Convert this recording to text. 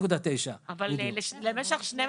3.9. אבל למשך 12 שנה.